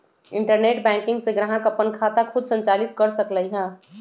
internet banking से ग्राहक अप्पन खाता खुद संचालित कर सकलई ह